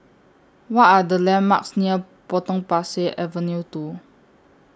What Are The landmarks near Potong Pasir Avenue two